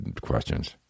questions